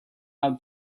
out